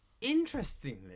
interestingly